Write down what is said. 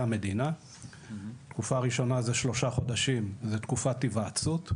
המדינה תקופה ראשונה זה שלושה חודשים זה תקופת היוועצות,